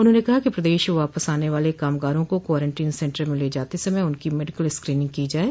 उन्होंने कहा कि प्रदेश वापस आने वाले कामगारों को क्वारेंटीन सेंटर में ले जाते समय उनकी मेडिकल स्क्रीनिंग की जाये